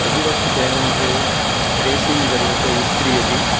कुझु वक़्तु पहिरीं मूंखे प्रेस जी ज़रूरत हुई स्त्रीअ जी